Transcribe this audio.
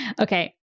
Okay